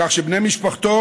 בכך שבני משפחתו